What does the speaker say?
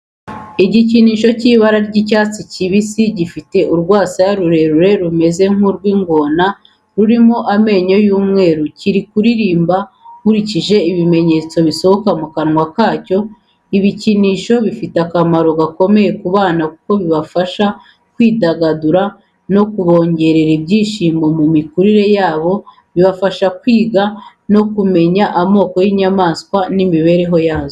Igikinisho cy'icyatsi kibisi gifite urwasaya rurerure rumeze nk'urw'ingona rurimo amenyo y'umweru. Kiri kuririmba nkurikije ibimenyetso bisohoka mu kanwa kacyo. Ibikinisho bifite akamaro gakomeye ku bana kuko bibafasha kwidagadura no kubongerera ibyishimo mu mikurire yabo. Bibafasha kwiga no kumenya amoko y'inyamaswa n'imibereho yazo.